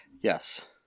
Yes